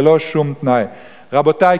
ללא שום תנאי." רבותי,